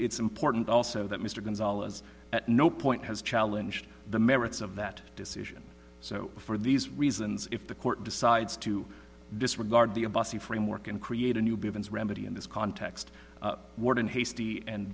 it's important also that mr gonzalez at no point has challenge the merits of that decision so for these reasons if the court decides to disregard the a bussy framework and create a new bivins remedy in this context warden hastie and